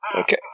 Okay